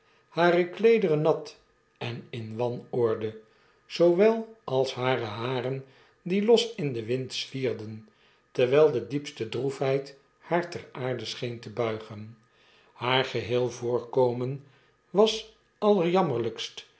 hare kleederen nat en in wanorde zoowel als hare haren die los in den wind zwierden terwijl de diepste droefheid haar ter aarde scheen te buigen haar geheel voorkomen was